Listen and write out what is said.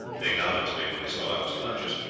they nodded to me when they saw i was conscious,